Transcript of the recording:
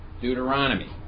Deuteronomy